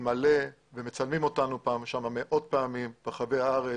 מלא ומצלמים אותנו מאות פעמים ברחבי הארץ.